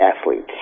athletes